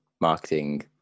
marketing